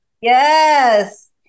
Yes